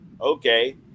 okay